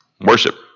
worship